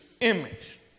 image